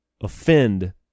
offend